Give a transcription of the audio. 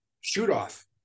shoot-off